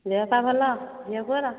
ଦେହ ପା ଭଲ ଝିଅ ପୁଅର